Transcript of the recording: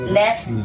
left